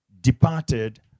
departed